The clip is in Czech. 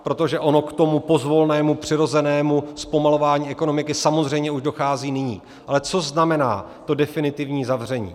Protože ono k tomu pozvolnému, přirozenému zpomalování ekonomiky samozřejmě už dochází nyní, ale co znamená to definitivní zavření.